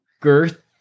girth